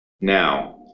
Now